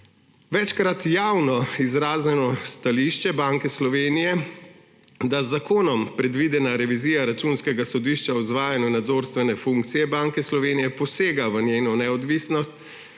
Večkrat javno izraženo stališče Banke Slovenije, da z zakonom predvidena revizija Računskega sodišča o izvajanju nadzorstvene funkcije Banke Slovenije posega v njeno neodvisnost,